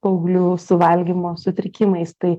paauglių su valgymo sutrikimais tai